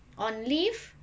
on leave